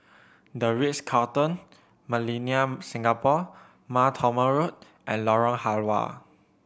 The Ritz Carlton Millenia Singapore Mar Thoma Road and Lorong Halwa